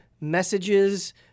messages